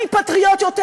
אני פטריוט יותר,